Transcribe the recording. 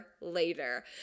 later